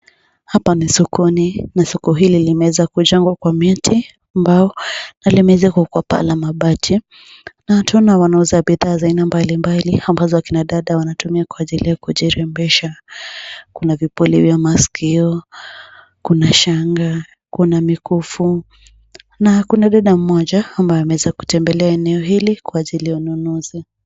Hapa ni sokoni na soko hil limeeza kujengwa kwa miti, mbao na limeezekwa kwa paa la mabati na twaona wanauza bidhaa za aina mbali mbali ambazo akina dada wanatumia kwa ajili ya kujirembesha. Kuna vipuli vya masikio, kuna shanga, kuna mikufu na kuna dada mmoja ambaye ameeza kutembelea eneo hili kwa ajili ya ununuzi.